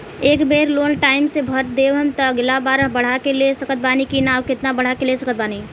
ए बेर loan time से भर देहम त अगिला बार बढ़ा के ले सकत बानी की न आउर केतना बढ़ा के ले सकत बानी?